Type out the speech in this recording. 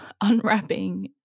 unwrapping